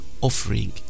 offering